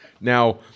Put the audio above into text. Now